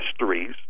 mysteries